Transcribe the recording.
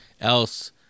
else